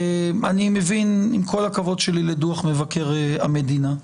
עם כל הכבוד שלי לדוח מבקר המדינה,